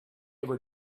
ever